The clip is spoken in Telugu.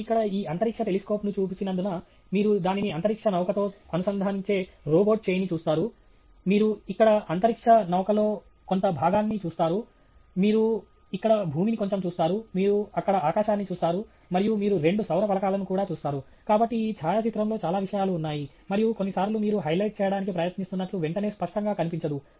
మీరు ఇక్కడ ఈ అంతరిక్ష టెలిస్కోప్ను చూసినందున మీరు దానిని అంతరిక్ష నౌకతో అనుసంధానించే రోబోట్ చేయిని చూస్తారు మీరు ఇక్కడ అంతరిక్ష నౌకలో కొంత భాగాన్ని చూస్తారు మీరు ఇక్కడ భూమిని కొంచెం చూస్తారు మీరు అక్కడ ఆకాశాన్ని చూస్తారు మరియు మీరు రెండు సౌర ఫలకాలను కూడా చూస్తారు కాబట్టి ఈ ఛాయాచిత్రంలో చాలా విషయాలు ఉన్నాయి మరియు కొన్ని సార్లు మీరు హైలైట్ చేయడానికి ప్రయత్నిస్తున్నట్లు వెంటనే స్పష్టంగా కనిపించదు